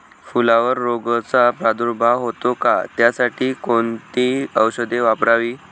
फुलावर रोगचा प्रादुर्भाव होतो का? त्यासाठी कोणती औषधे वापरावी?